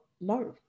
No